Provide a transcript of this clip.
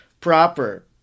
proper